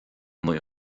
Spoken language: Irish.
naoi